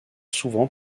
souvent